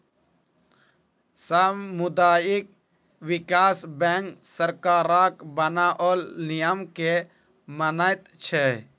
सामुदायिक विकास बैंक सरकारक बनाओल नियम के मानैत छै